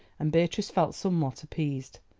and beatrice felt somewhat appeased.